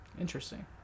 Interesting